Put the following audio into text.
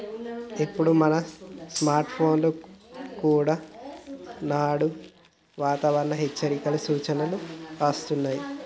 ఇప్పుడు మన స్కార్ట్ ఫోన్ల కుండా నేడు వాతావరణ హెచ్చరికలు, సూచనలు అస్తున్నాయి